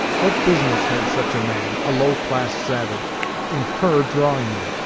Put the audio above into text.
what business had such a man a low-class savage in her drawing-room?